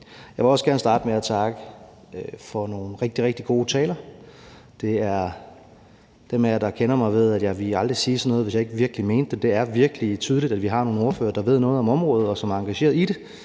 Jeg vil også gerne starte med at takke for nogle rigtig, rigtig gode taler. Dem af jer, der kender mig, ved, at jeg aldrig ville sige sådan noget, hvis ikke jeg virkelig mente det. Det er virkelig tydeligt, at vi har nogle ordførere, der ved noget om området, og som er engageret i det,